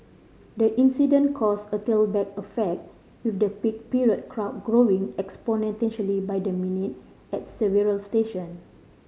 the incident caused a tailback effect with the peak period crowd growing exponentially by the minute at several station